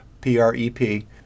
P-R-E-P